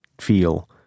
feel